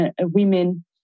women